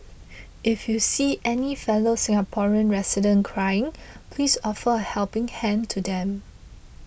if you see any fellow Singaporean residents crying please offer a helping hand to them